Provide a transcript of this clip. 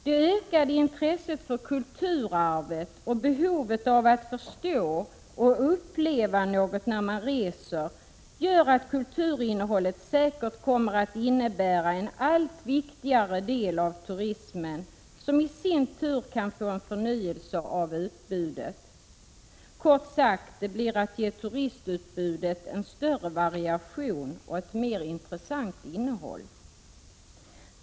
Det ökade intresset för kulturarvet och behovet av att förstå och uppleva något när man reser, gör att kulturinnehållet säkert kommer att utgöra en allt viktigare del av turismen, som i sin tur kan få en förnyelse av utbudet. Kort sagt: Det gäller att ge turistutbytet en större variation och ett mer intressant innehåll.